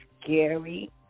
scary